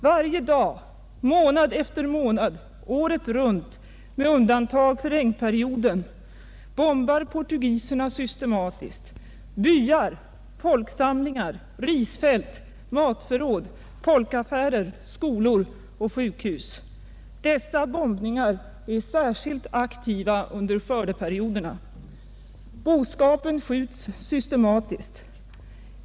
Varje dag, månad efter månad, äret runt med undantag för regnperioden juli-oktober bombar portugiserna systematiskt byar, folksamlingar, risfält, matförråd, folkaffärer, skolor och sjukhus. Dessa bombningar är särskilt aktiva under skördeperioderna. Boskapen skjuts systematiskt.